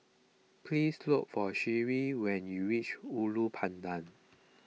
please look for Sheree when you reach Ulu Pandan